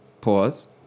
Pause